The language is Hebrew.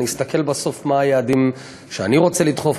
אני אסתכל בסוף מה היעדים שאני רוצה לדחוף,